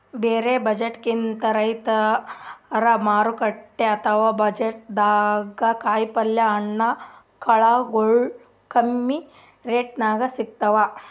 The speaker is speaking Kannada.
ಬ್ಯಾರೆ ಬಜಾರ್ಕಿಂತ್ ರೈತರ್ ಮಾರುಕಟ್ಟೆ ಅಥವಾ ಬಜಾರ್ದಾಗ ಕಾಯಿಪಲ್ಯ ಹಣ್ಣ ಕಾಳಗೊಳು ಕಮ್ಮಿ ರೆಟೆದಾಗ್ ಸಿಗ್ತಾವ್